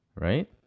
Right